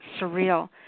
surreal